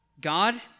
God